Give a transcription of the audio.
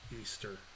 Easter